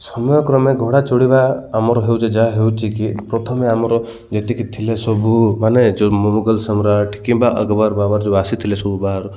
ସମୟ କ୍ରମେ ଘୋଡ଼ା ଚୋଢ଼ିବା ଆମର ହେଉଛି ଯାହା ହେଉଚି କି ପ୍ରଥମେ ଆମର ଯେତିକି ଥିଲେ ସବୁ ମାନେ ଯେଉଁ ମୁଗଲ ସମ୍ରାଟ କିମ୍ବା ଅକବର ବାବର ଯେଉଁ ଆସିଥିଲେ ସବୁ ବାହାରୁ